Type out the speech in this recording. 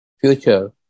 future